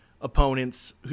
opponents